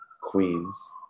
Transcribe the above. Queens